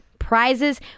Prizes